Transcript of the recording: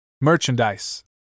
MERCHANDISE